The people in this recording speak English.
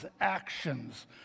actions